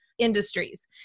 industries